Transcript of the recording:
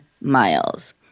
miles